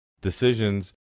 decisions